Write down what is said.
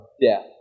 death